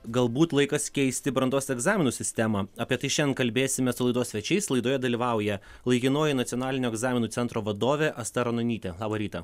galbūt laikas keisti brandos egzaminų sistemą apie tai šian kalbėsime su laidos svečiais laidoje dalyvauja laikinoji nacionalinio egzaminų centro vadovė asta ranonytė labą rytą